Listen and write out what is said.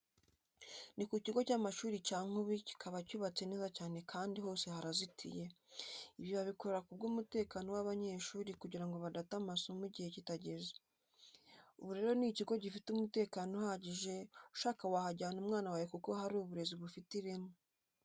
Ni ku kigo cy'amashuri cya Nkubi kikaba cyubatse neza cyane kandi hose harazitiye, ibi babikora ku bw'umutekano w'abanyeshuri kugira ngo badata amasomo igihe kitageze, ubu rero ni ikigo gifite umutekano uhagije ushaka wahajyana umwana wawe kuko hari uburezi bufite ireme.